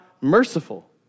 merciful